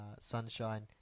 Sunshine